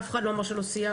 אף אחד לא אמר שלא סייעתם,